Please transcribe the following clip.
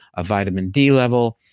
a vitamin d level,